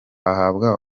ahabwa